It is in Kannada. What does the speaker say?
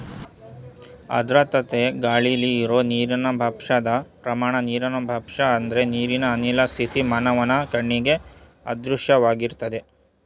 ಆರ್ದ್ರತೆ ಗಾಳಿಲಿ ಇರೋ ನೀರಿನ ಬಾಷ್ಪದ ಪ್ರಮಾಣ ನೀರಿನ ಬಾಷ್ಪ ಅಂದ್ರೆ ನೀರಿನ ಅನಿಲ ಸ್ಥಿತಿ ಮಾನವನ ಕಣ್ಣಿಗೆ ಅದೃಶ್ಯವಾಗಿರ್ತದೆ